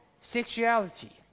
sexuality